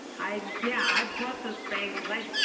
i yeah i bought the bangle like